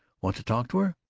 want to talk to her?